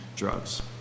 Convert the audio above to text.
drugs